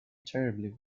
terribly